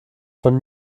von